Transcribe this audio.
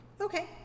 Okay